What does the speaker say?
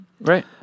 Right